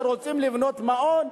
שרוצים לבנות מעון,